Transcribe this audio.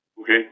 Okay